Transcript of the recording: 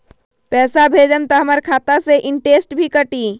पैसा भेजम त हमर खाता से इनटेशट भी कटी?